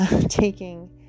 Taking